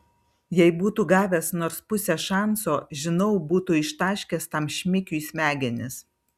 jei būtų gavęs nors pusę šanso žinau būtų ištaškęs tam šmikiui smegenis